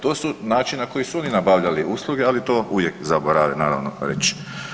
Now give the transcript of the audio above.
To su način na koji su oni nabavljali usluge, ali to uvijek zaborave naravno reć.